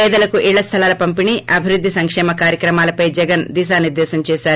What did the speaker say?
పేదలకు ఇళ్ల స్టలాల పంపిణీ అభివృద్ది సంక్షేమ కార్యక్రమాలపై జగన్ దిశా నిర్దేశం చేశారు